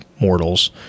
mortals